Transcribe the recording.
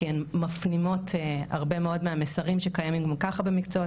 זה כי הן מפנימות הרבה מאוד מהמסרים שקיימים גם ככה מהמקצועות